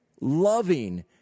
loving